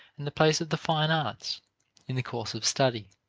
and the place of the fine arts in the course of study.